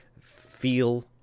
feel